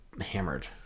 hammered